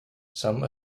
some